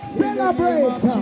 celebrate